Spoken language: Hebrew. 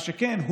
מה שכן,